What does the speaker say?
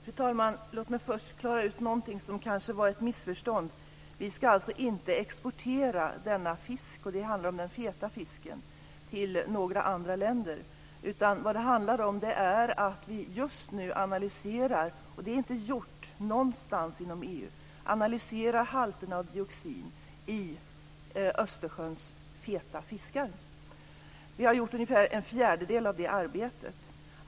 Fru talman! Låt mig först klara ut något som kanske var ett missförstånd. Vi ska inte exportera den fisk som det gäller, och det är den feta fisken, till några andra länder. Vad det handlar om är att vi just nu, vilket inte någonstans är gjort inom EU, analyserar halterna av dioxin i Östersjöns feta fiskar. Vi har gjort ungefär en fjärdedel av det arbetet.